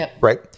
right